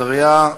הצעת סגן השר,